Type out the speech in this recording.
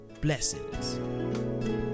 blessings